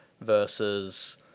versus